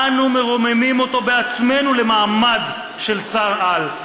אנו מרוממים אותו בעצמנו למעמד של שר-על.